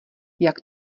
jak